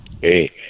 hey